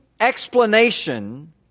explanation